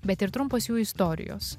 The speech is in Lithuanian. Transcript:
bet ir trumpos jų istorijos